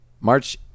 March